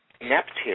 Neptune